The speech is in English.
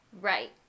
Right